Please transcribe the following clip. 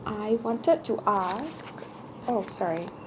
I wanted to ask oh sorry